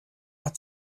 hat